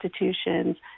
institutions